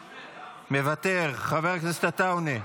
מוותר, חבר הכנסת עטאונה,